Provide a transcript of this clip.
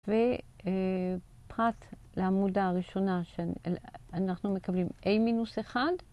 ופרט לעמודה הראשונה שאנחנו מקבלים a-1